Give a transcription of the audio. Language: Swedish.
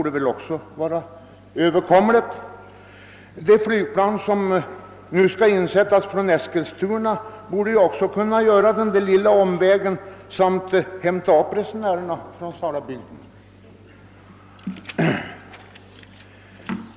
Det flygplan från Eskilstuna som nu skall sättas in för trafiken till Stockholm borde också kunna göra den lilla omvägen till Sala för att hämta upp resenärer från denna bygd.